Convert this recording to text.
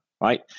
right